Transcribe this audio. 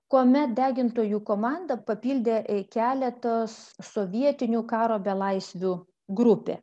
kuomet degintojų komandą papildė e keletos sovietinių karo belaisvių grupė